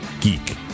geek